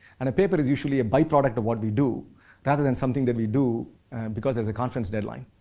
and a paper is usually a byproduct of what we do rather than something that we do because there's a conference deadline.